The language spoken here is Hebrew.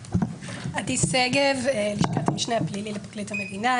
עדי שגב, לשכת המשנה הפלילי לפרקליט המדינה.